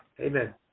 Amen